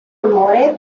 onore